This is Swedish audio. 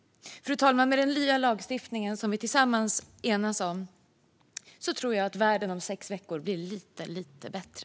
Fru talman! Med den nya lagstiftningen som vi tillsammans är eniga om tror jag att världen om sex veckor blir lite lite bättre.